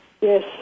yes